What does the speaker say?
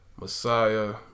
Messiah